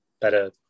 better